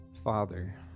Father